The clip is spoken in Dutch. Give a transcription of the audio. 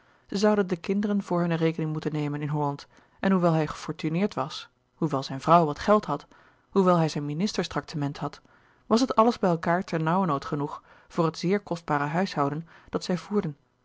zij zouden de kinderen voor hunne rekening moeten nemen in holland en hoewel hij gefortuneerd was hoewel zijne vrouw wat geld had hoewel hij zijn ministerstraktement had was het alles bij elkaâr ternauwernood genoeg voor het zeer kostbare huishouden dat zij voerden